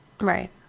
right